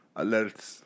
alerts